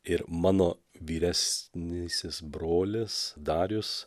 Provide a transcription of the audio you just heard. ir mano vyresnysis brolis darius